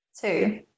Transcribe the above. Two